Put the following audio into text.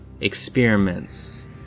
experiments